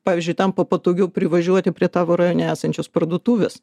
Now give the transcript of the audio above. pavyzdžiui tampa patogiau privažiuoti prie tavo rajone esančios parduotuvės